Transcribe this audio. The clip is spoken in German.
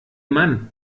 mann